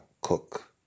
cook